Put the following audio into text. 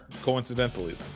coincidentally